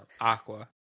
Aqua